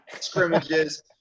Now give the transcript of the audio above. scrimmages